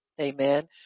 amen